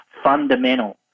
Fundamental